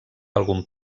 algun